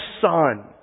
son